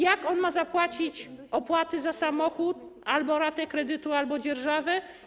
Jak on ma zapłacić opłaty za samochód, albo ratę kredytu albo dzierżawy?